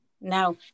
Now